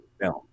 film